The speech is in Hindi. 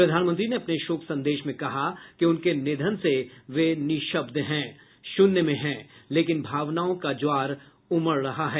प्रधानमंत्री ने अपने शोक संदेश में कहा कि उनके निधन से वे निःशब्द हैं शून्य में हैं लेकिन भावनाओं का ज्वार उमड़ रहा है